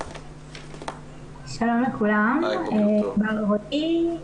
שלום לכולם, ענבל רואי,